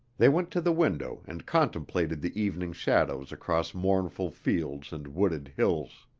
they went to the window and contemplated the evening shadows across mournful fields and wooded hills.